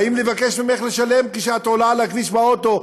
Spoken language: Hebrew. באים לבקש ממך לשלם כשאת עולה על הכביש עם האוטו?